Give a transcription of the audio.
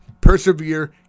persevere